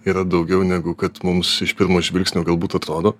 yra daugiau negu kad mums iš pirmo žvilgsnio galbūt atrodo